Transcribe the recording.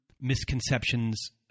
misconceptions